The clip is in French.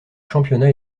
championnat